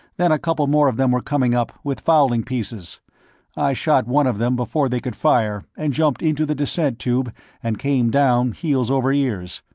then a couple more of them were coming up, with fowling pieces i shot one of them before they could fire, and jumped into the descent tube and came down heels over ears.